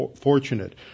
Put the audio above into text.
fortunate